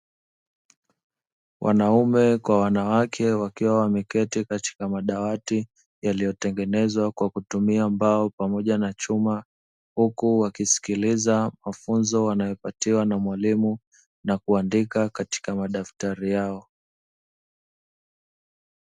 Wanaume kwa wanawake wakiwa wameketi katika madawati yaliyotengenezwa kwa kutumia mbao pamoja na chuma, huku wakisikiliza mafunzo wanayopatiwa na mwalimu na kuandika katika madaftari yao.